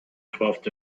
twelfth